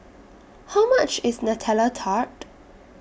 How much IS Nutella Tart